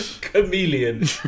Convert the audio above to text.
Chameleon